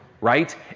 right